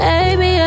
Baby